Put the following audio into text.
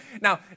Now